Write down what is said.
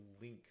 link